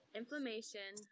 inflammation